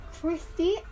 Christy